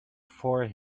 for